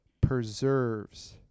preserves